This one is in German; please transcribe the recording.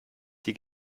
die